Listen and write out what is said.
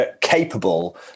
capable